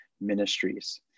ministries